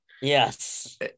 Yes